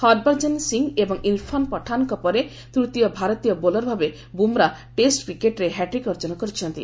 ହରଭଞ୍ଜନ ସିଂ ଏବଂ ଇରଫାନ ପଠାନ୍ଙ୍କ ପରେ ତୃତୀୟ ଭାରତୀୟ ବୋଲ୍ର ଭାବେ ବୁମ୍ରା ଟେଷ୍ଟ କ୍ରିକେଟରେ ହ୍ୟାଟ୍ରିକ ଅର୍ଜନ କରିଛନ୍ତି